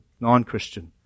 non-Christian